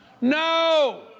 No